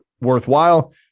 worthwhile